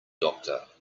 doctor